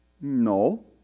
No